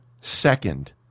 second